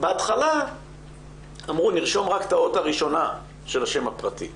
בהתחלה אמרו שנרשום רק את האות הראשונה של השם הפרטי,